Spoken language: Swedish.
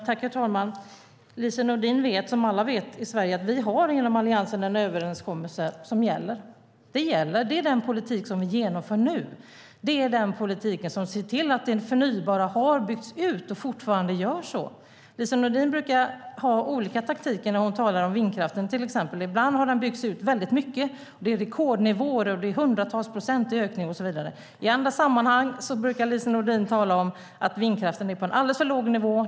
Herr talman! Lise Nordin vet, som alla vet i Sverige, att vi inom Alliansen har en överenskommelse som gäller. Det är den politik som vi nu genomför. Det är den politik som ser till att det förnybara har byggts ut och fortfarande byggs ut. Lise Nordin brukar ha olika taktiker när hon talar om vindkraften, till exempel. Ibland har den byggts ut väldigt mycket. Det är rekordnivåer, och det är hundratals procent i ökning och så vidare. I andra sammanhang brukar Lise Nordin tala om att vindkraften är på en alldeles för låg nivå.